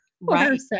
Right